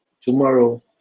tomorrow